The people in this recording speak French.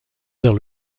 vers